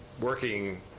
working